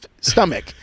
stomach